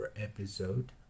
episode